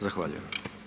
Zahvaljujem.